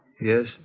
Yes